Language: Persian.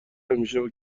همیشه